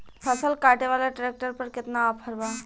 फसल काटे वाला ट्रैक्टर पर केतना ऑफर बा?